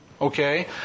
okay